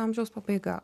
amžiaus pabaiga